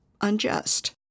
unjust